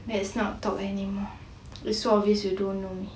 let's not talk anymore it's so obvious you don't know me